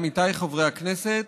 עמיתיי חברי הכנסת,